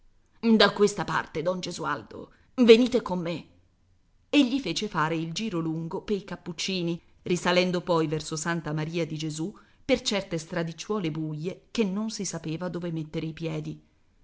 sebastiano da questa parte don gesualdo venite con me e gli fece fare il giro lungo pei cappuccini risalendo poi verso santa maria di gesù per certe stradicciuole buie che non si sapeva dove mettere i piedi